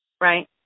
right